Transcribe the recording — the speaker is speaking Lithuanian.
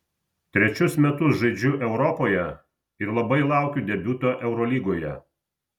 trečius metus žaidžiu europoje ir labai laukiu debiuto eurolygoje